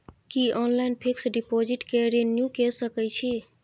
की online fix deposit के renew के सकै छी?